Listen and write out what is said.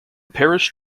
parish